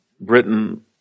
Britain